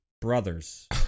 brothers